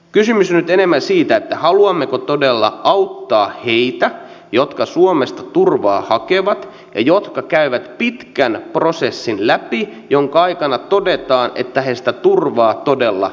kysymys on nyt enemmän siitä haluammeko todella auttaa heitä jotka suomesta turvaa hakevat ja jotka käyvät läpi pitkän prosessin jonka aikana todetaan että he sitä turvaa todella tarvitsevat